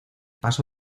paso